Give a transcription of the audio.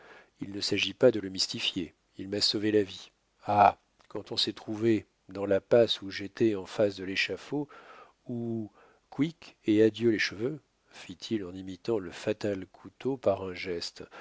il ne s'agit pas de le mystifier il m'a sauvé la vie ah quand on s'est trouvé dans la passe où j'étais en face de l'échafaud où kouik et adieu les cheveux fit-il en imitant le fatal couteau par un geste